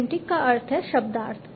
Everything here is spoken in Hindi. सिमेंटिक का अर्थ है शब्दार्थ